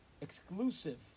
exclusive